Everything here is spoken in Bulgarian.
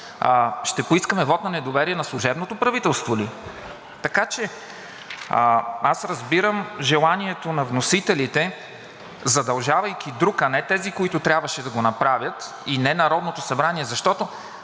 Ще поискаме вот на недоверие на служебното правителство ли? Разбирам желанието на вносителите, задължавайки друг, а не тези, които трябваше да го направят, и не Народното събрание, защото,